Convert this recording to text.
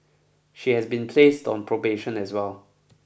she has been placed on probation as well